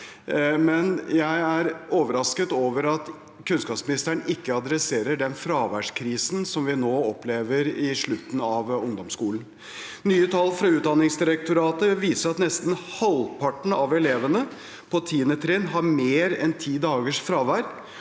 men jeg er overrasket over at hun ikke tar tak i den fraværskrisen som vi nå opplever i slutten av ungdomsskolen. Nye tall fra Utdanningsdirektoratet viser at nesten halvparten av elevene på 10. trinn har mer enn ti dagers fravær,